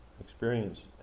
experience